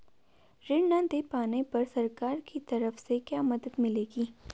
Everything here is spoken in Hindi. ऋण न दें पाने पर सरकार की तरफ से क्या मदद मिलेगी?